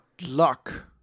luck